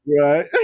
right